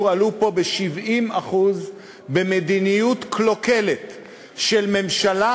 עלו פה ב-70% במדיניות קלוקלת של ממשלה,